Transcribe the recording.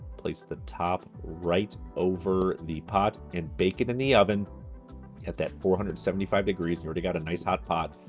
place the top right over the pot, and bake it in the oven at that four hundred and seventy five degrees. you already got a nice, hot pot,